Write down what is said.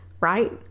right